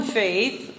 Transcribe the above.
faith